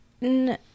No